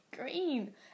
green